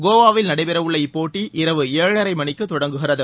கோவாவில் நடைபெறவுள்ள இப்போட்டி இரவு ஏழரைமணிக்குதொடங்குகிறது